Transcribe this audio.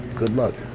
good luck.